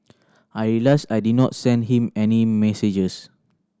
I realised I did not send him any messages